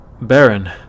Baron